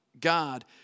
God